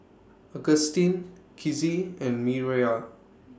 Agustin Kizzie and Miriah